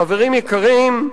חברים יקרים,